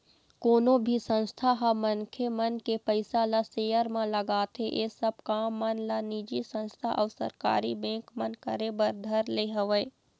कोनो भी संस्था ह मनखे मन के पइसा ल सेयर म लगाथे ऐ सब काम मन ला निजी संस्था अऊ सरकारी बेंक मन करे बर धर ले हवय